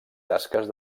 tasques